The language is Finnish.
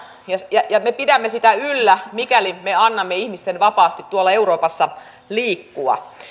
ja ja me pidämme sitä yllä mikäli me annamme ihmisten vapaasti tuolla euroopassa liikkua